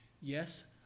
Yes